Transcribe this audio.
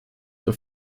für